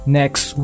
next